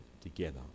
together